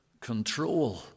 control